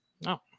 no